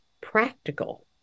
practical